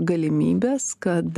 galimybės kad